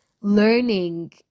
Learning